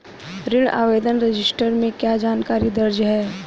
ऋण आवेदन रजिस्टर में क्या जानकारी दर्ज है?